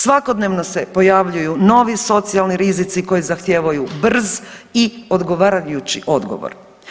Svakodnevno se pojavljuju novi socijalni rizici koji zahtijevaju brz i odgovarajući odgovor.